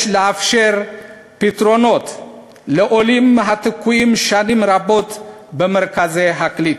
יש לאפשר פתרונות לעולים התקועים שנים רבות במרכזי הקליטה.